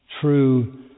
true